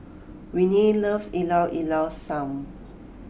Renee loves Ilao Ilao Sanum